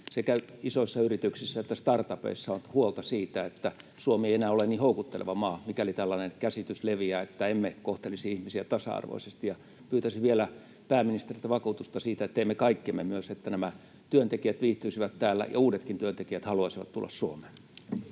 Sekä isoissa yrityksissä että startupeissa on huolta siitä, että Suomi ei enää ole niin houkutteleva maa, mikäli tällainen käsitys leviää, että emme kohtelisi ihmisiä tasa-arvoisesti. Pyytäisin vielä pääministeriltä vakuutusta siitä, että teemme kaikkemme, että nämä työntekijät viihtyisivät täällä ja uudetkin työntekijät haluaisivat tulla Suomeen.